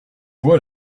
voix